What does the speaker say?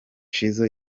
shizzo